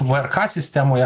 vrk sistemoje